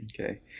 Okay